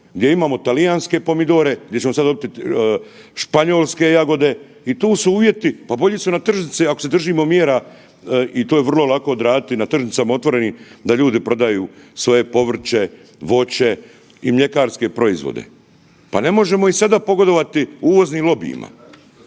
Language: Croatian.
gdje imamo talijanske pomidore, gdje ćemo sad dobiti španjolske jagode i tu su uvjeti, pa bolji su na tržnici ako se držimo mjera i to je vrlo lako odraditi na tržnicama otvorenim da ljudi prodaju svoje povrće, voće i mljekarske proizvode. Pa ne možemo i sada pogodovati uvoznim lobijima.